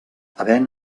havent